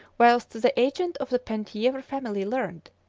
whilst the agent of the penthievre family learnt,